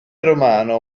romano